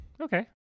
okay